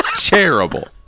terrible